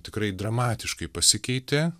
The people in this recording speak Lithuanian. tikrai dramatiškai pasikeitė